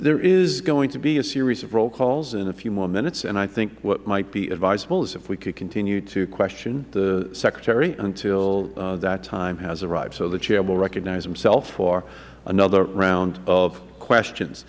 there is going to be a series of roll calls in a few more minutes and i think what might be advisable is if we can continue to question the secretary until that time has arrived so the chair will recognize himself for another round of questions